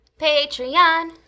Patreon